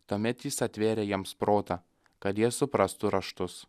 tuomet jis atvėrė jiems protą kad jie suprastų raštus